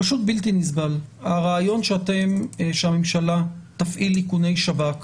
הרעיון שהממשלה תפעיל איכוני שב"כ,